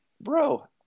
bro